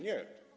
Nie.